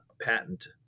patent